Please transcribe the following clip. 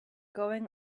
going